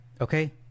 Okay